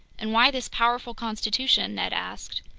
and why this powerful constitution? ned asked.